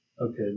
Okay